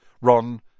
Ron